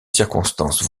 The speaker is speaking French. circonstances